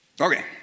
Okay